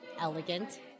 Elegant